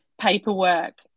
paperwork